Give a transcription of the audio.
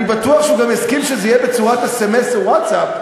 אני בטוח שהוא גם יסכים שזה יהיה בצורת סמ"ס או ווטסאפ,